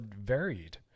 varied